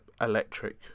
electric